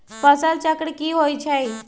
फसल चक्र की होइ छई?